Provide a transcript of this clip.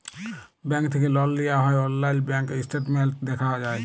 bank থ্যাকে লল লিয়া হ্যয় অললাইল ব্যাংক ইসট্যাটমেল্ট দ্যাখা যায়